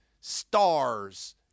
stars